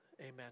amen